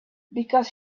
because